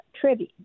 trivia